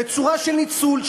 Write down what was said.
בצורה של ניצול,